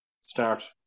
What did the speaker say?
start